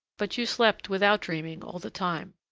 but you slept without dreaming all the time.